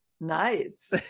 Nice